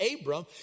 Abram